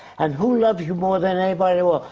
and who loves you more then everybody